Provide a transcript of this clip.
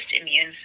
immune